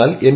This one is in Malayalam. എന്നാൽ എൻ